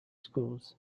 schools